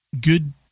Good